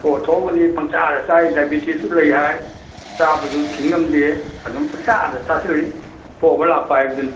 ꯊꯣꯛꯑ ꯊꯣꯛꯑꯕꯅꯤ ꯄꯪꯆꯥꯗ ꯆꯥꯏ ꯗꯥꯏꯕꯦꯇꯤꯁꯁꯨ ꯂꯩ ꯍꯥꯏ ꯆꯥꯕꯁꯨ ꯊꯤꯡ ꯉꯝꯗꯦ ꯑꯗꯨꯝ ꯆꯪꯆꯥꯗ ꯆꯥꯁꯤꯜꯂꯤ ꯊꯣꯛꯑꯕ ꯂꯥꯛꯄ ꯍꯥꯏꯕꯗꯨꯅꯤ